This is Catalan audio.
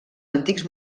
antics